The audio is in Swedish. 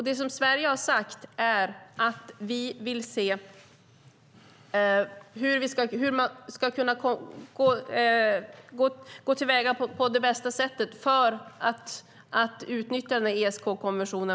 Det Sverige sagt är att vi vill se hur man ska gå till väga för att på bästa sätt utnyttja ESK-konventionen.